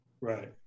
Right